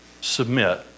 submit